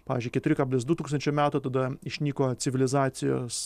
pavyzdžiui keturi kablis du tūkstančiai metų tada išnyko civilizacijos